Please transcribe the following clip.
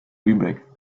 lübeck